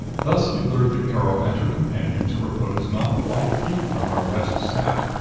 thus he lured the girl and her companion to repose not five feet from where west sat.